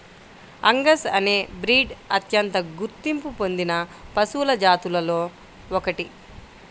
Angus అనే breed అత్యంత గుర్తింపు పొందిన పశువుల జాతులలో ఒకటి